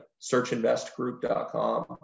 searchinvestgroup.com